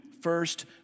first